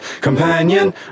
Companion